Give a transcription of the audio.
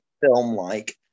film-like